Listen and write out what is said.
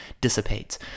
dissipates